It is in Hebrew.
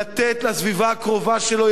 לתת לסביבה הקרובה שלו,